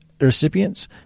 recipients